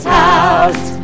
house